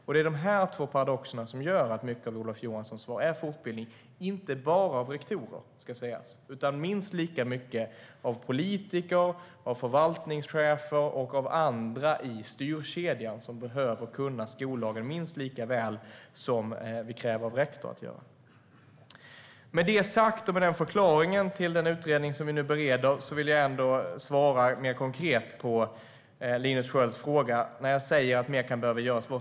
Det är de två paradoxerna som gör att mycket av Olof Johanssons svar är fortbildning. Det ska sägas att det inte bara handlar om fortbildning av rektorer utan lika mycket av politiker, förvaltningschefer och andra i styrkedjan som behöver kunna skollagen minst lika väl som en rektor. Med det sagt och med den förklaringen till den utredning som vi nu bereder vill jag ändå svara mer konkret på Linus Skölds fråga om vad jag menar när jag säger att mer kan behöva göras.